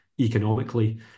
economically